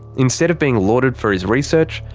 instead of being lauded for his research,